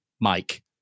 mike